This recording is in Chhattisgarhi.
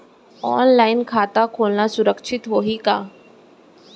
ऑनलाइन खाता खोलना सुरक्षित होही का?